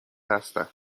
هستند